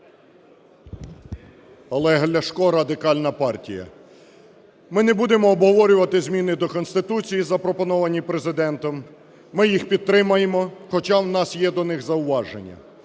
Олег Ляшко, Радикальна партія. Ми не будемо обговорювати зміни до Конституції, запропоновані Президентом, ми їх підтримаємо, хоча у нас є до них зауваження.